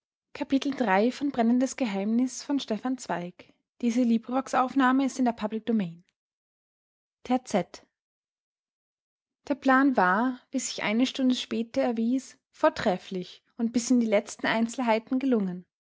terzett der plan war wie sich eine stunde später erwies vortrefflich und bis in die letzten einzelheiten gelungen